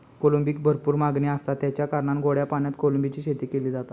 कोळंबीक भरपूर मागणी आसता, तेच्या कारणान गोड्या पाण्यात कोळंबीची शेती केली जाता